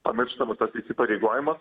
pamirštamas tas įsipareigojimas